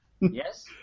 Yes